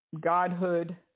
Godhood